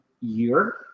year